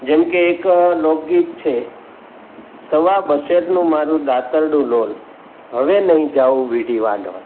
જેમકે એક લોકગીત છે સવા બશેરનું મારું દાતરડું લોલ હવે નહીં જાઉં વીડી વાઢવા